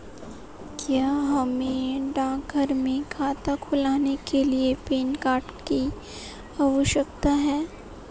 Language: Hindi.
क्या हमें डाकघर में खाता खोलने के लिए पैन कार्ड की आवश्यकता है?